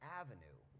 avenue